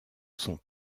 sont